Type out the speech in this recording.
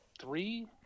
three